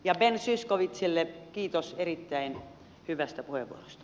ja ben zyskowiczille kiitos erittäin hyvästä puheenvuorosta